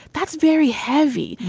that's very heavy.